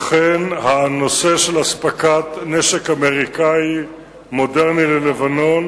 אכן, הנושא של אספקת נשק אמריקני מודרני ללבנון